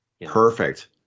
Perfect